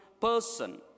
person